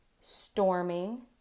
storming